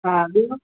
हा ॿियो